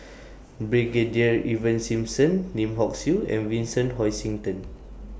Brigadier Ivan Simson Lim Hock Siew and Vincent Hoisington